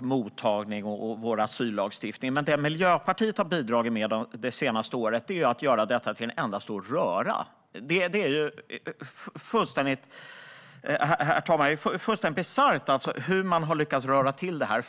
mottagning och asyllagstiftning har vi ett system som är ganska komplicerat redan som det är. Det Miljöpartiet har bidragit med det senaste året är att göra det till en enda stor röra. Det är fullständigt bisarrt, herr talman, hur man har lyckats röra till det här.